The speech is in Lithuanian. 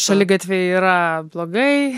šaligatviai yra blogai